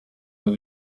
dans